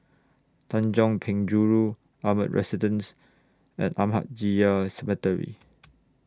Tanjong Penjuru Ardmore Residence and Ahmadiyya Cemetery